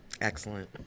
Excellent